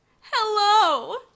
Hello